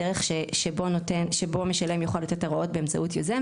הדרך שבו משלם יוכל לתת הוראות באמצעות יוזם,